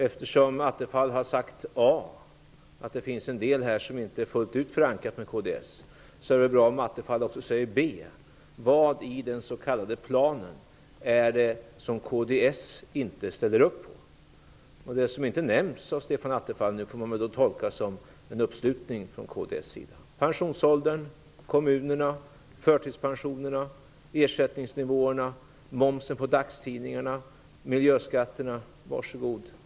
Eftersom Attefall har sagt A, dvs. att det finns en del som inte är fullt ut förankrat i kds, är det bra om han också säger B, och talar om vad det är i den s.k. planen som kds inte ställer upp på. Det som inte nämns av Stefan Attefall får man anta att kds sluter upp bakom, dvs. Var så god!